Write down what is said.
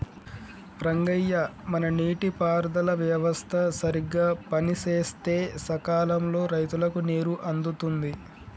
రంగయ్య మన నీటి పారుదల వ్యవస్థ సరిగ్గా పనిసేస్తే సకాలంలో రైతులకు నీరు అందుతుంది